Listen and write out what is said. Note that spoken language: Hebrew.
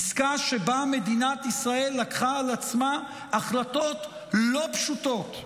עסקה שבה מדינת ישראל לקחה על עצמה החלטות לא פשוטות,